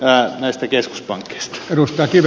arvoisa herra puhemies